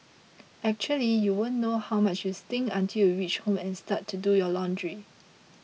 actually you won't know how much you stink until you reach home and start to do your laundry